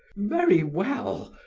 very well,